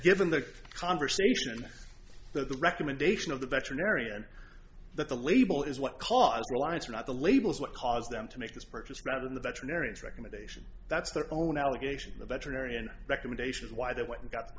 given the conversation that the recommendation of the veterinarian that the label is what caused the alliance or not the labels what caused them to make this purchase rather than the veterinarians recommendation that's their own allegation the veterinarian recommendation is why they went and got